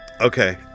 Okay